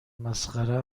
مسخره